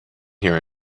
here